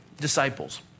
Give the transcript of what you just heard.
disciples